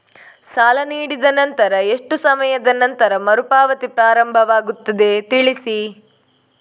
ಸಾಲ ನೀಡಿದ ನಂತರ ಎಷ್ಟು ಸಮಯದ ನಂತರ ಮರುಪಾವತಿ ಪ್ರಾರಂಭವಾಗುತ್ತದೆ ತಿಳಿಸಿ?